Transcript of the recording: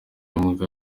imbwa